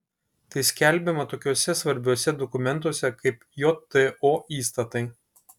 tai skelbiama tokiuose svarbiuose dokumentuose kaip jto įstatai